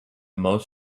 most